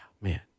man